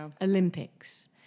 Olympics